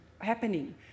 happening